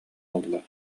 ылла